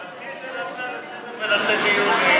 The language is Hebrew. תהפכי את זה להצעה לסדר-היום ונעשה על זה דיון.